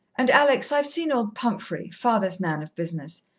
and, alex, i've seen old pumphrey father's man of business.